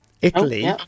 Italy